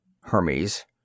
Hermes